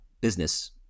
business